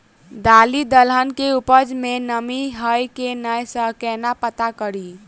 दालि दलहन केँ उपज मे नमी हय की नै सँ केना पत्ता कड़ी?